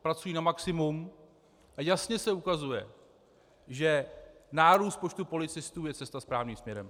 Pracují na maximum a jasně se ukazuje, že nárůst počtu policistů je cesta správným směrem.